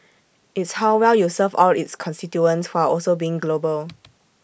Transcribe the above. it's how well you serve all its constituents while also being global